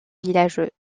villages